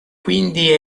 quindi